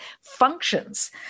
functions